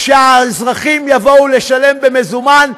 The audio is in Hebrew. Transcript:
שהאזרחים יבואו לשלם במזומן.